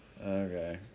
Okay